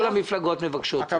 כל המפלגות מבקשות את זה.